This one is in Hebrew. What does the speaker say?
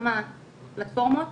כמה פלטפורמות